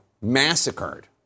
massacred